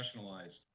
professionalized